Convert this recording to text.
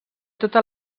tota